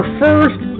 first